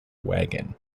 wagon